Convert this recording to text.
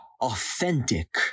authentic